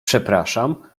przepraszam